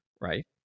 right